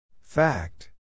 Fact